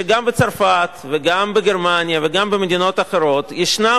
שגם בצרפת וגם בגרמניה וגם במדינות אחרות ישנם